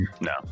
no